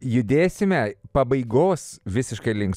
judėsime pabaigos visiškai link